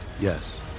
Yes